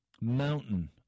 mountain